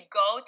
go